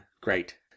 great